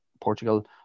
Portugal